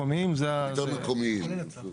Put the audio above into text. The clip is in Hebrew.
הלאה.